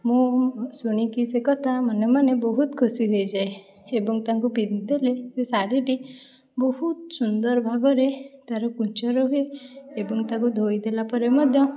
ମୁଁ ଶୁଣିକି ସେ କଥା ମନେ ମନେ ବହୁତ ଖୁସି ହେଇଯାଏ ଏବଂ ତାକୁ ପିନ୍ଧିଦେଲେ ସେ ଶାଢ଼ୀଟି ବହୁତ ସୁନ୍ଦର ଭାବରେ ତାର କୁଞ୍ଚ ରୁହେ ଏବଂ ତାକୁ ଧୋଇ ଦେଲା ପରେ ମଧ୍ୟ